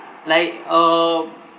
like uh